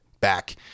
back